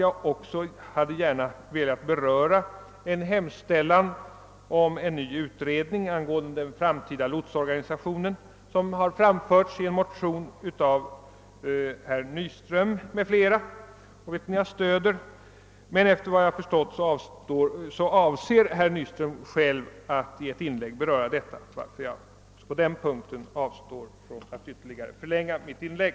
Jag skulle gärna ha velat beröra en hemställan om ny utredning angående den framtida lotsorganisationen som har framförts i en motion av herr Nyström m.fl., vilken jag stöder. Men efter vad jag förstått avser herr Nyström att själv i ett inlägg beröra saken, och jag avstår alltså även på den punkten från att förlänga mitt inlägg.